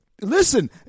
listen